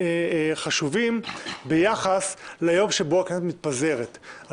בבחירות לקראת הכנסת העשרים ואחת לא הספיקו להחזיר כמעט את